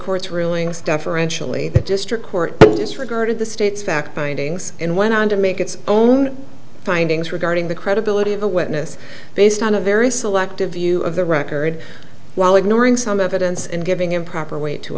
court's rulings deferentially the district court disregarded the state's fact findings and went on to make its own findings regarding the credibility of a witness based on a very selective view of the record while ignoring some evidence and giving improper wa